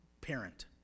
parent